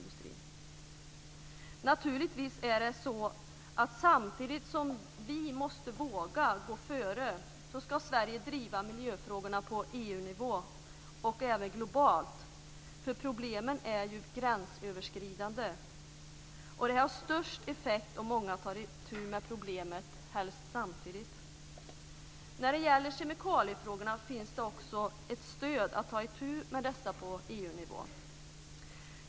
Naturligtvis är det så att samtidigt som vi måste våga gå före ska Sverige driva miljöfrågorna på EU nivå och även globalt, för problemen är ju gränsöverskridande, och det har störst effekt om många tar itu med problemet, helst samtidigt. När det gäller kemikaliefrågorna finns det också ett stöd för att ta itu med dessa på EU-nivå.